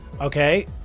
okay